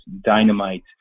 Dynamite